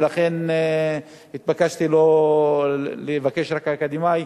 ולכן התבקשתי לבקש רק אקדמאי,